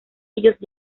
ellos